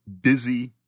busy